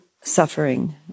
suffering